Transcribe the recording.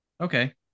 Okay